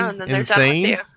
insane